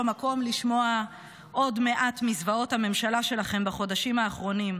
מקום לשמוע עוד מעט מזוועות הממשלה שלכם בחודשים האחרונים,